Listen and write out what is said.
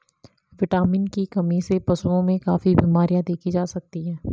vitamin की कमी से पशुओं में काफी बिमरियाँ देखी जा सकती हैं